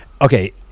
okay